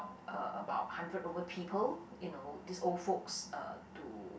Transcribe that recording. uh about hundred over people you know these old folks uh to